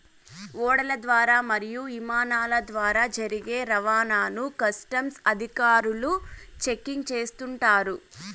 ఓడల ద్వారా మరియు ఇమానాల ద్వారా జరిగే రవాణాను కస్టమ్స్ అధికారులు చెకింగ్ చేస్తుంటారు